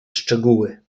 szczegóły